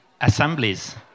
assemblies